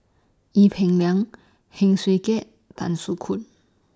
Ee Peng Liang Heng Swee Keat Tan Soo Khoon